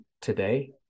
today